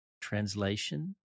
Translation